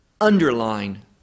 underline